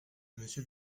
monsieur